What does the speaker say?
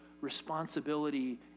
responsibility